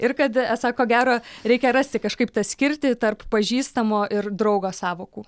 ir kad esą ko gero reikia rasti kažkaip tą skirtį tarp pažįstamo ir draugo sąvokų